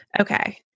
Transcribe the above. Okay